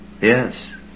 Yes